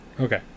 Okay